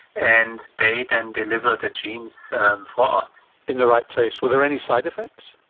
and they then deliver the genes for us. in the right place. were there any side effects?